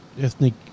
ethnic